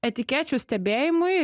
etikečių stebėjimui